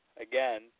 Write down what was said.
again